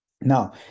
Now